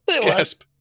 Gasp